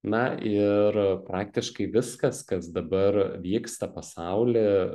na ir praktiškai viskas kas dabar vyksta pasauly